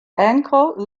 ankle